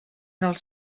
els